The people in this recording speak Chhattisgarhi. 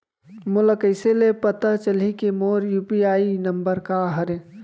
मोला कइसे ले पता चलही के मोर यू.पी.आई नंबर का हरे?